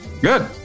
Good